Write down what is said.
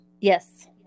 yes